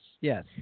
Yes